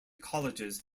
colleges